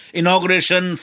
inauguration